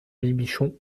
bibichon